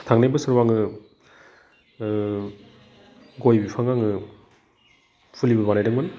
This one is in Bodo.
थांनाय बोसोराव आङो गय बिफां आङो फुलिबो बानायदोंमोन